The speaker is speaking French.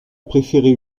préféré